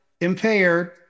impaired